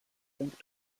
think